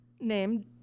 named